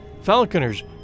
Falconer's